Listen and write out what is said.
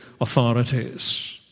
authorities